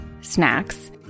snacks